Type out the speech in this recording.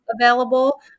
available